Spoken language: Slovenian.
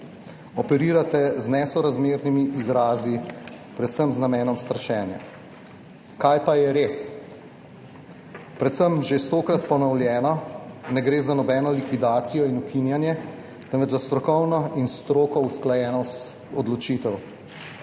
operirate z nesorazmernimi izrazi, predvsem z namenom strašenja. Kaj pa je res? Predvsem že stokrat ponovljena, da ne gre za nobeno likvidacijo in ukinjanje, temveč za strokovno in s stroko usklajeno odločitev.